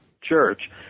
church